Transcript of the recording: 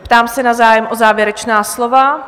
Ptám se na zájem o závěrečná slova.